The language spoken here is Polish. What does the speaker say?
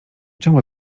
czemu